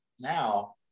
now